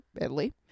Italy